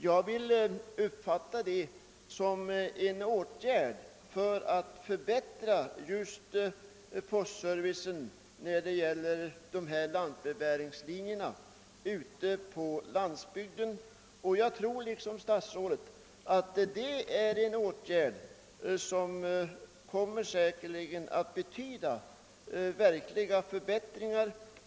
Jag vill uppfatta denna som en åtgärd i syfte att förbättra postservicen just när det gäller lantbrevbäringslinjerna, och jag tror liksom statsrådet att man på detta sätt kan åstadkomma verkliga förbättringar.